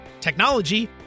technology